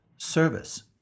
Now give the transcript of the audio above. service